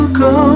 go